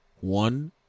one